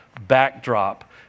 backdrop